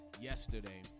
yesterday